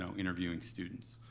so interviewing students,